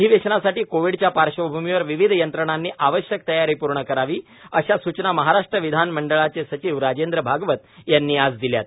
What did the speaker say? अधिवेशनासाठी कोविडच्या पार्श्वभूमीवर विविध यंत्रणांनी आवश्यक तयारी पूर्ण करावी अशा सूचना महाराष्ट्र विधानमंडळाचे सचिव राजेंद्र भागवत यांनी आज दिल्यात